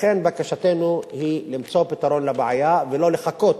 לכן, בקשתנו היא למצוא פתרון לבעיה ולא לחכות,